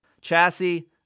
Chassis